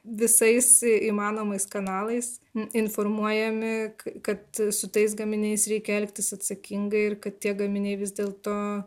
visais įmanomais kanalais informuojami kad su tais gaminiais reikia elgtis atsakingai ir kad tie gaminiai vis dėlto